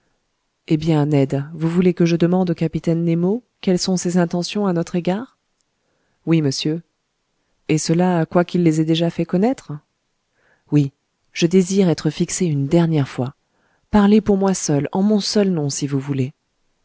eh bien ned vous voulez que je demande au capitaine nemo quelles sont ses intentions à notre égard oui monsieur et cela quoiqu'il les ait déjà fait connaître oui je désire être fixé une dernière fois parlez pour moi seul en mon seul nom si vous voulez